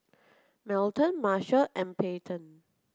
Melton Marshal and Peyton